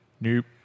Nope